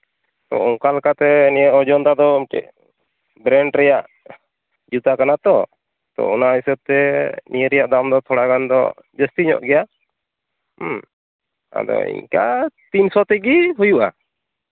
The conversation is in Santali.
ᱛᱳ ᱚᱱᱠᱟ ᱞᱮᱠᱟᱛᱮ ᱱᱤᱭᱟᱹ ᱚᱡᱚᱱᱛᱟ ᱫᱚ ᱢᱤᱫᱴᱤᱱ ᱵᱨᱮᱱᱰ ᱨᱮᱭᱟᱜ ᱡᱩᱛᱟᱹ ᱠᱟᱱᱟ ᱛᱚ ᱛᱳ ᱚᱱᱟ ᱦᱤᱥᱟᱹᱵ ᱛᱮ ᱱᱤᱭᱟᱹ ᱨᱮᱭᱟᱜ ᱫᱟᱢ ᱫᱚ ᱛᱷᱚᱲᱟ ᱜᱟᱱ ᱫᱚ ᱡᱟᱹᱥᱛᱤ ᱧᱚᱜ ᱜᱮᱭᱟ ᱦᱮᱸ ᱟᱫᱚ ᱤᱱᱠᱟᱹ ᱛᱤᱱᱥᱚ ᱛᱮᱜᱮ ᱦᱩᱭᱩᱜᱼᱟ